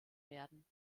werden